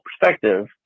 perspective